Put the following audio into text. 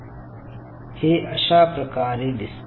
हे अशा प्रकारे दिसते